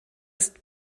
ist